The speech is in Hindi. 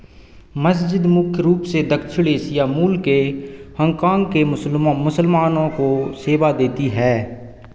मसजिद मुख्य रूप से दक्षिण एशिया मूल के हांगकांग के मुसलमानों को सेवा देती है